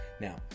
Now